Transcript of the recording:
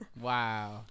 wow